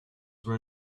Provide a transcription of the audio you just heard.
were